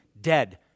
Dead